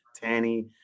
tanny